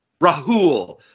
Rahul